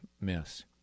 miss